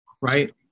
right